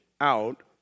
out